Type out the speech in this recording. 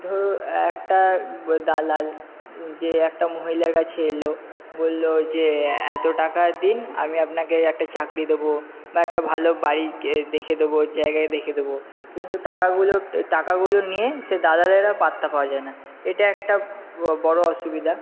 ধরো একটা দালাল যে একটা মহিলার কাছে এল বললো যে এত টাকা দিন আমি আপনাকে একটা চাকরি দেবো বা একটা ভালো বাড়ি দেখে দেবো জায়গা দেখে দেবো কিন্তু টাকাগুলো টাকাগুলো নিয়ে সে দালালের আর পাত্তা পাওয়া যায় না এটা একটা বড়ো অসুবিধা